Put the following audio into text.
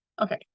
Okay